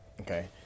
okay